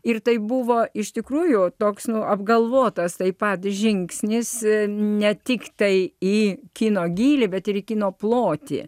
ir taip buvo iš tikrųjų toks apgalvotas taip pat žingsnis ne tiktai į kino gylį bet ir į kino plotį